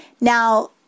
Now